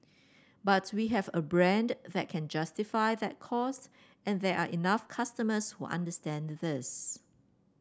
but we have a brand that can justify that cost and there are enough customers who understand this